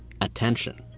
attention